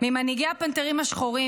ממנהיגי הפנתרים השחורים,